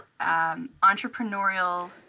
entrepreneurial